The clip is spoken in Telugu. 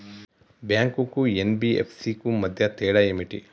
బ్యాంక్ కు ఎన్.బి.ఎఫ్.సి కు మధ్య తేడా ఏమిటి?